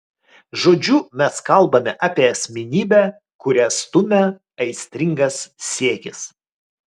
žodžiu mes kalbame apie asmenybę kurią stumia aistringas siekis